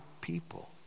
people